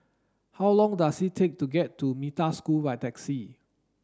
how long does it take to get to Metta School by taxi